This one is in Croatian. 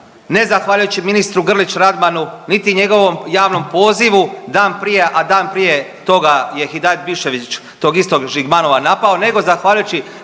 ne zahvaljujući ministru Grlić Radmanu, niti njegovom javnom pozivu dan prije, a dan prije toga je Hidajet Biščević tog istog Žigmanova napao, nego zahvaljujući